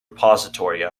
repository